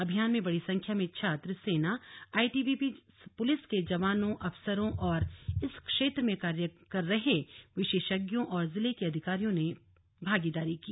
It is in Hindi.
अभियान में बड़ी संख्या में छात्र सेना आईटीबीपी पुलिस के जवानों अफसरों और इस क्षेत्र में कार्य कर रहे विशेषज्ञों और जिले के अधिकारियों ने भागीदारी की